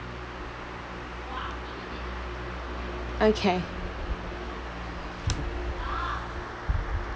okay